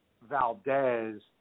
Valdez